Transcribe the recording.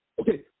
Okay